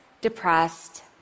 depressed